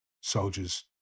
soldiers